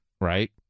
right